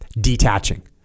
detaching